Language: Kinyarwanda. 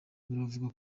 buravuga